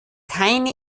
keine